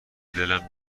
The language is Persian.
دلم